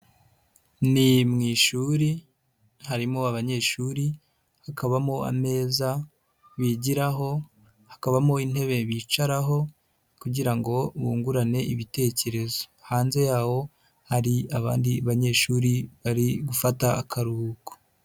Ni mu ishuri harimo abanyeshuri, hakabamo ameza bigiraho, hakabamo intebe bicaraho kugira ngo bungurane ibitekerezo, hanze y'aho hari abandi banyeshuri bari gufata akaruhuko.